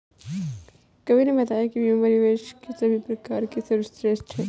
कवि ने बताया बीमा निवेश के सभी प्रकार में सर्वश्रेष्ठ है